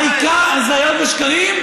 הזיות ושקרים.